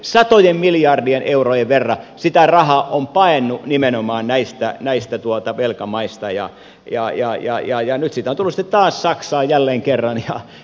satojen miljardien eurojen verran sitä rahaa on paennut nimenomaan näistä velkamaista ja jaa jaa jaa jaa ja nyt sitä on tullut sitten taas saksaan jälleen kerran ja tanskaan